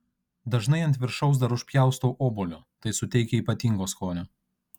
dažnai ant viršaus dar užpjaustau obuolio tai suteikia ypatingo skonio